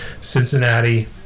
Cincinnati